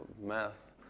math